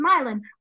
smiling